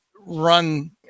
run